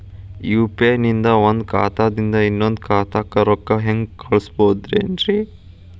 UPI ನಿಂದ ಒಂದ್ ಖಾತಾದಿಂದ ಇನ್ನೊಂದು ಖಾತಾಕ್ಕ ರೊಕ್ಕ ಹೆಂಗ್ ಕಳಸ್ಬೋದೇನ್ರಿ?